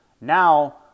Now